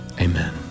Amen